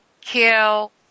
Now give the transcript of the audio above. kill